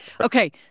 okay